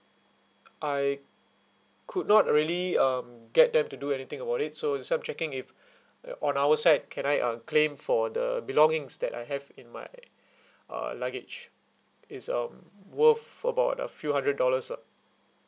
I could not really um get them to do anything about it so that's why I'm checking if uh on our side can I uh claim for the belongings that I have in my uh luggage it's um worth about a few hundred dollars sir